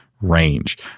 range